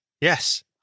Yes